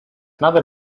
another